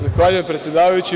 Zahvaljujem predsedavajući.